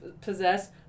possess